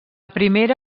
primera